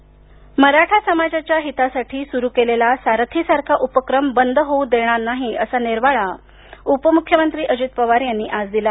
सारथी मराठा समाजाच्या हिता साठी सुरू केलेला सारथी सारखा उपक्रम बंद होऊ देणार नाही असा निर्वाळा उपमुख्यमंत्री अझीत पवार यांनी आज दिला